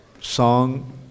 song